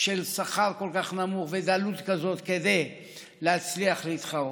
של שכר כל כך נמוך ודלות כזאת כדי להצליח להתחרות,